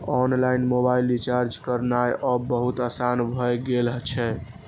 online mobile recharge करनाय आब बहुत आसान भए गेल छै